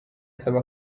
asaba